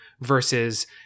versus